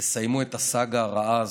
תסיימו את הסאגה הרעה הזאת,